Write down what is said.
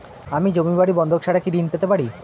আমি জমি বাড়ি বন্ধক ছাড়া কি ঋণ পেতে পারি?